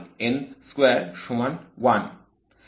এটি সমান সমান 1